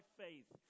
faith